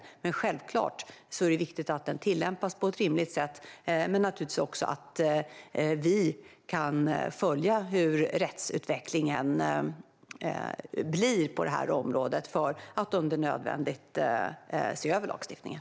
Men det är självklart viktigt att den tillämpas på ett rimligt sätt och att vi kan följa rättsutvecklingen på området så att vi om det är nödvändigt kan se över lagstiftningen.